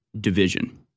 division